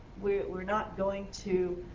we're not going to